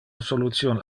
solution